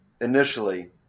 initially